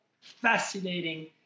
fascinating